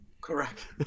Correct